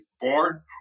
born